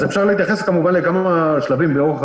אז אפשר להתייחס כמובן לכמה שלבים לאורך